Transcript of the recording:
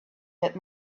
that